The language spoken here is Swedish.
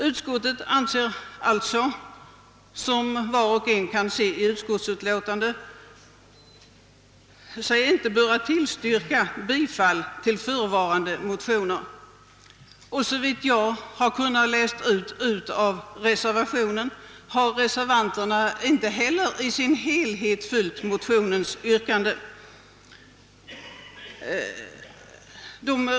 Utskottsmajoriteten anser sig alltså, som var och en kan se i utlåtandet, inte böra tillstyrka bifall till förevarande motioner och såvitt jag kunnat läsa ut av reservationen har reservanterna inte heller helt och hållet följt motionsyrkandena.